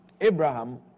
Abraham